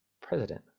president